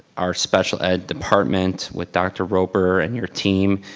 our special ed department with dr. roper and your team,